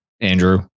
Andrew